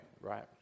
right